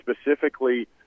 specifically